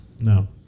no